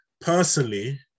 personally